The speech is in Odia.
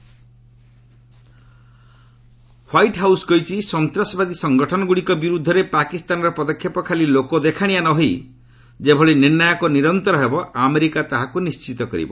ୟୁଏସ୍ ପାକିସ୍ତାନ ହ୍ବାଇଟ୍ ହାଉସ୍ କହିଛି ସନ୍ତାସବାଦୀ ସଙ୍ଗଠନଗୁଡ଼ିକ ବିରୋଧରେ ପାକିସ୍ତାନର ପଦକ୍ଷେପ ଖାଲି ଲୋକଦେଖାଣିଆ ନ ହୋଇ ଯେଭଳି ନିର୍ଣ୍ଣାୟକ ଓ ନିରନ୍ତର ହେବ ଆମେରିକା ତାହାକୁ ନିର୍ଷିତ କରିବ